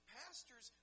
pastors